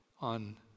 on